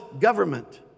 government